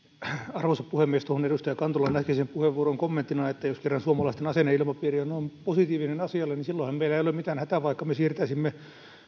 arvoisa puhemies tuohon edustaja kantolan äskeiseen puheenvuoroon kommenttina että jos kerran suomalaisten asenneilmapiiri on on positiivinen ja asiallinen niin silloinhan meillä ei ole mitään hätää vaikka me siirtäisimme